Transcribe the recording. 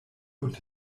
und